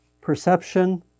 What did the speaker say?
Perception